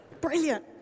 brilliant